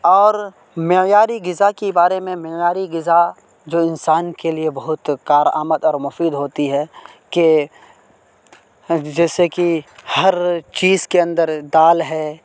اور معیاری غذا کی بارے میں معیاری غذا جو انسان کے لیے بہت کارآمد اور مفید ہوتی ہے کہ جیسے کہ ہر چیز کے اندر دال ہے